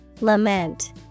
Lament